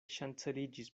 ŝanceliĝis